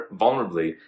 vulnerably